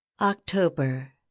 October